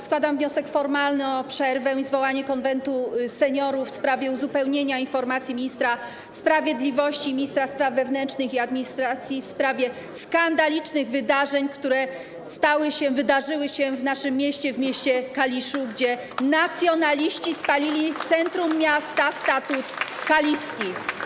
Składam wniosek formalny o przerwę i zwołanie Konwentu Seniorów w sprawie uzupełnienia informacji ministra sprawiedliwości i ministra spraw wewnętrznych i administracji w sprawie skandalicznych wydarzeń, tego, co wydarzyło się w naszym mieście - Kaliszu, gdzie nacjonaliści spalili w centrum miasta Statut Kaliski.